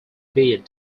bid